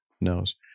knows